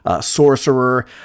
sorcerer